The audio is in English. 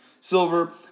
Silver